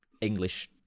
English